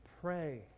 pray